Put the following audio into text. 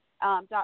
dot